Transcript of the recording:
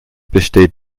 besteht